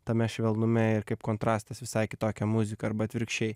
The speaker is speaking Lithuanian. tame švelnume ir kaip kontrastas visai kitokia muzika arba atvirkščiai